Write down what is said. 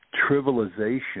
trivialization